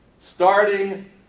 starting